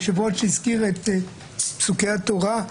היושב-ראש הזכיר את פסוקי התורה,